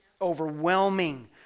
overwhelming